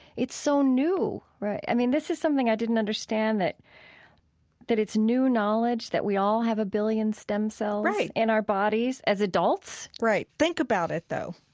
it's so new right i mean, this is something i didn't understand. that that it's new knowledge. that we all have a billion stem cells, right, in our bodies as adults right. think about it, though.